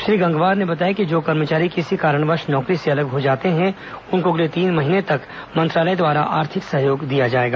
उन्होंने बताया कि जो कर्मचारी किसी कारणवश नौकरी से अलग हो जाते हैं उनको अगले तीन महीने तक मंत्रालय द्वारा आर्थिक सहयोग दिया जाएगा